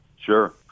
Sure